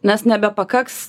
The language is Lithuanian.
nes nebepakaks